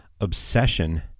Obsession